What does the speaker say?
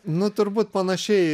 nu turbūt panašiai